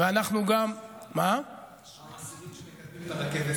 פעם עשירית שמקדמים את הרכבת לאילת.